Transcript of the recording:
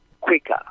quicker